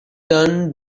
turn